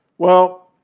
well,